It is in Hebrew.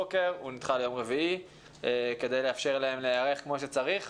הוא נידחה ליום רביעי כדי לאפשר להם להיערך כמו שצריך,